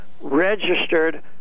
registered